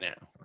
now